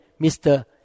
Mr